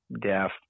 deaf